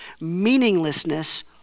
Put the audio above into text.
meaninglessness